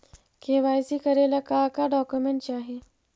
KYC करे ला का का डॉक्यूमेंट चाही?